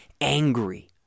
angry